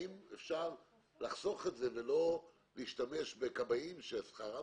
האם אפשר לחסוך את זה ולא להשתמש בכבאים ששכרם